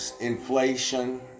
inflation